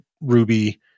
Ruby